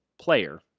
player